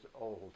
old